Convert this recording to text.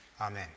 Amen